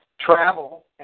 travel